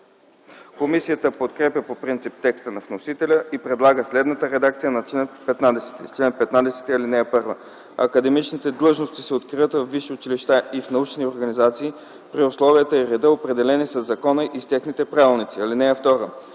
Комисията подкрепя по принцип текста на вносителя и предлага следната редакция на чл. 15: „Чл. 15. (1) Академичните длъжности се откриват във висши училища и в научни организации при условията и реда, определени със закона и с техните правилници. (2)